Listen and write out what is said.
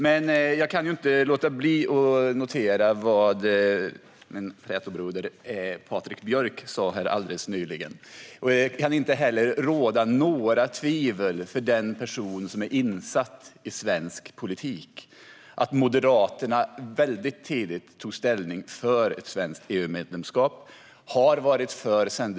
Men jag kan inte låta bli att notera vad min trätobroder Patrik Björck alldeles nyligen sa. För den person som är insatt i svensk politik kan det inte råda några tvivel om att Moderaterna mycket tidigt tog ställning för ett svenskt EU-medlemskap och sedan dess har varit för det.